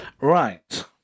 Right